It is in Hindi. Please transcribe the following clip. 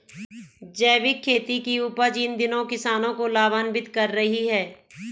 जैविक खेती की उपज इन दिनों किसानों को लाभान्वित कर रही है